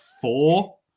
four